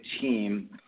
team